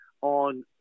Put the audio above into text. on